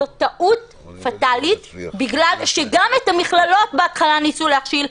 זאת טעות פטלית בגלל שגם את המכללות בהתחלה ניסו להכשיל,